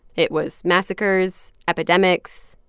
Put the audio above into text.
it was massacres, epidemics,